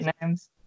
names